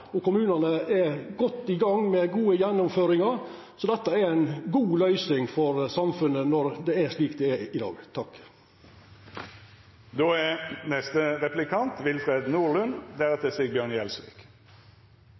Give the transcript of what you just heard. og kommunane er godt i gang med gode gjennomføringar. Dette er ei god løysing for samfunnet, når det er slik det er i dag.